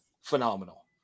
phenomenal